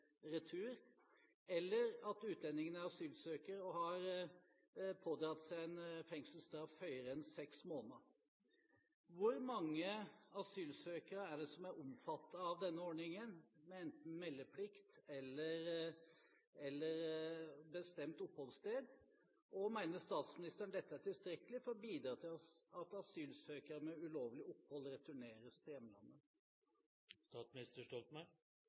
retur, eller at utlendingen er asylsøker og har pådratt seg en fengselsstraff høyere enn seks måneder. Hvor mange asylsøkere er det som er omfattet av denne ordningen med enten meldeplikt eller bestemt oppholdssted? Mener statsministeren dette er tilstrekkelig for å bidra til at asylsøkere med ulovlig opphold returneres til